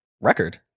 record